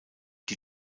die